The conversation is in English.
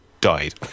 died